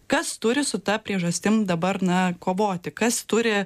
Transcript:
kas turi su ta priežastim dabar na kovoti kas turi